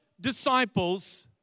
disciples